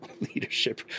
leadership